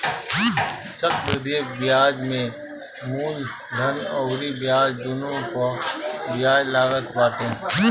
चक्रवृद्धि बियाज में मूलधन अउरी ब्याज दूनो पअ बियाज लागत बाटे